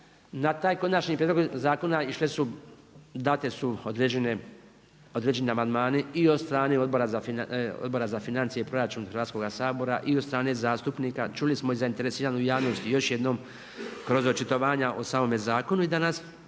Na taj konačni prijedlog zakona date su određeni amandmani i od strane Odbora za financije i proračun Hrvatskoga sabora i od strane zastupnika. Čuli smo i zainteresiranu javnost i još jednom kroz očitovanja o samome zakonu. Danas